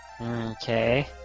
Okay